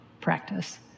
practice